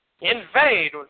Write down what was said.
invade